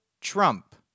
Trump